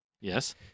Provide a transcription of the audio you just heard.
Yes